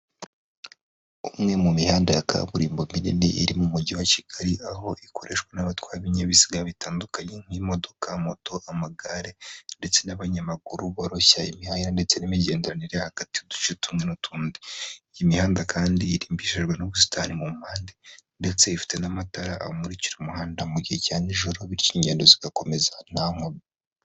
Umwe mu mihanda ya kaburimbo minini iri mu mujyi wa Kigali aho ikoreshwa n'abatwara ibinyabiziga bitandukanye nk'imodoka, moto, amagare ndetse n'abanyamaguru boroshya imihahiranire ndetse n'imigenderanire hagati y'uduce tumwe n'utundi. Iyi mihanda kandi irimbishijwe n'ubusitani mu mupande ndetse ifite n'amatara amurikira umuhanda mu gihe cya nijoro bityo ingendo zigakomeza nta nkomyi.